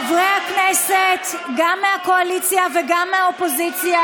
חברי הכנסת, גם מהקואליציה וגם מהאופוזיציה,